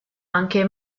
anche